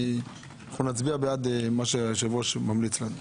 שנצביע בעד מה שהיושב-ראש ממליץ לנו.